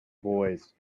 boys